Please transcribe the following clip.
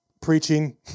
preaching